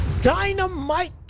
Dynamite